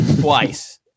twice